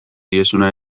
diezuna